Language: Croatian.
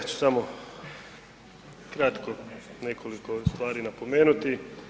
Ja ću samo kratko nekoliko stvari napomenuti.